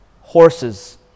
horses